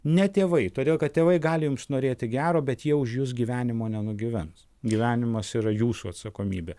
ne tėvai todėl kad tėvai gali jums norėti gero bet jie už jus gyvenimo nenugyvens gyvenimas yra jūsų atsakomybė